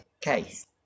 case